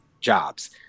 jobs